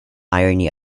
irony